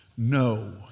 No